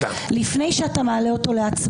לפני שאתה מעלה אותו להצבעה.